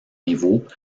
niveaux